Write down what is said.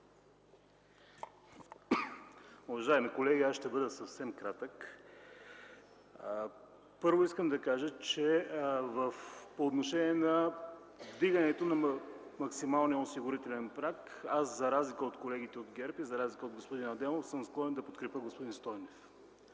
Уважаеми колеги, аз ще бъда съвсем кратък. Първо искам да кажа, че по отношение вдигането на максималния осигурителен праг аз, за разлика от колегите от ГЕРБ и от господин Адемов, съм склонен да подкрепя господин Стойнев.